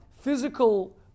physical